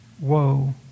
Woe